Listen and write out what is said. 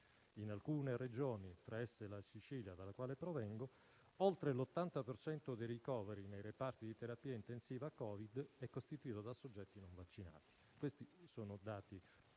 In alcune Regioni, tra esse la Sicilia (dalla quale provengo), oltre l'80 per cento dei ricoveri nei reparti di terapia intensiva Covid è costituito da soggetti non vaccinati. Questi sono dati